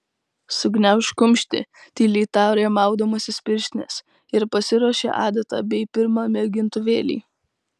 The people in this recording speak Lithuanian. sugniaužk kumštį tyliai tarė maudamasis pirštines ir pasiruošė adatą bei pirmą mėgintuvėlį